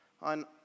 on